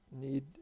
need